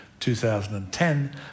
2010